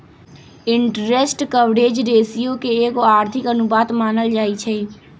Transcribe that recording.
interest coverage ratio के एगो आर्थिक अनुपात मानल जाइ छइ